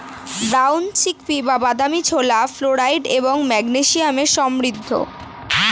brown chickpea বা বাদামী ছোলা ফ্লোরাইড এবং ম্যাগনেসিয়ামে সমৃদ্ধ